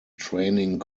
training